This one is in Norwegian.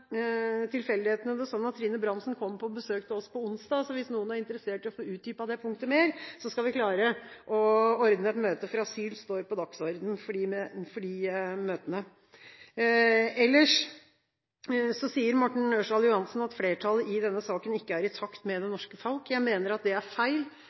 særlig når det gjelder barn.» Tilfeldighetene vil det slik at Trine Bramsen kommer på besøk til oss på onsdag, så hvis noen er interessert i å få utdypet mer det punktet, skal vi klare å ordne et møte, for asyl står på dagsordenen til de møtene. Ellers sier Morten Ørsal Johansen at flertallet i denne saken ikke er i takt med det norske folket. Jeg mener at det er feil.